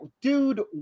dude